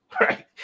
Right